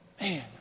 Man